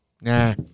Nah